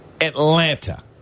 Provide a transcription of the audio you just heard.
Atlanta